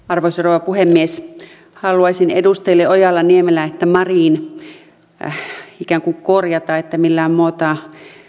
arvoisa rouva puhemies haluaisin edustajille ojala niemelä ja marin ikään kuin korjata että millään muotoa